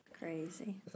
crazy